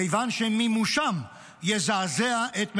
כיוון שמימושם יזעזע את ממשלתך.